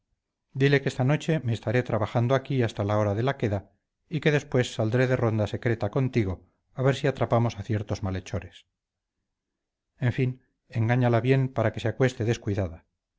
dile que esta noche me estaré trabajando aquí hasta la hora de la queda y que después saldré de ronda secreta contigo a ver si atrapamos a ciertos malhechores en fin engáñala bien para que se acueste descuidada